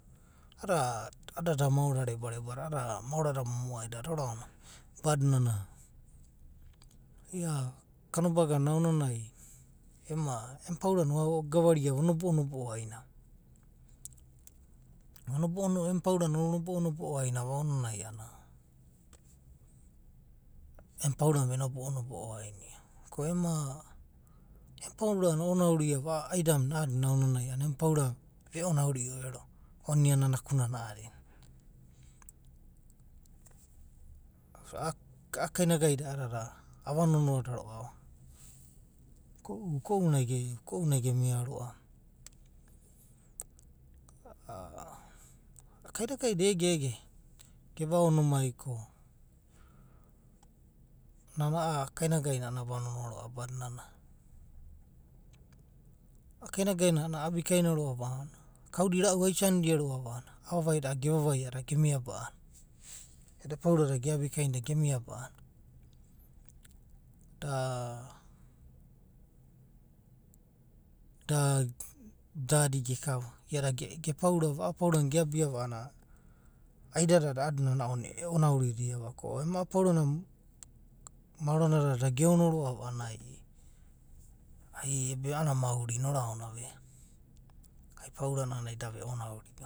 A’a dada da moara da reba reba dada, a’adada moara da momo ai dada badi nana ia kanobagani emu emu paurana o’gavaria va, onoba’o nobo’o ainiava, o’nobo’o va, emu paurana o’nobo’o ai niava, emu paurana o’nobo’o ai niava, emu paurana venobo’o nobo’o ai nio. Ko ema, emu paurana o’onau ria va a’a aidamuna a’adina, emu paurana ve’onaurio a’a iana onina naku nana a’adina. A’a kainagai da ava nonoa roa’va, uko u nai gemia roa’va. kainagai da ege ege gevao nomai ko nana a’a kainagai na ava nonoa roa’va badi nana a’a kainagainai abikaina roa’va a’anana, kau da irau aisani da roa’va, a’a vavai da, a’anana gemia ba’ana, eda paura da geabikainida gemia ba’ana dada adi geka va. Iada ge paurana ge abikaina va a’a aida da a’adina ounanai e’onauridia va ko emo a’a paurana maora na da da geona roa’va, a’anana ai mauri na oraona va eh, ai paurana, a’anana ai da ve onaurio.